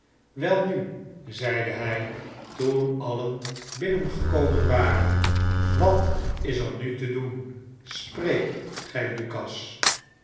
welnu zeide hij toen alien binnengekomen waren wat is er nu te doen spreek gij lukas